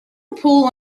pool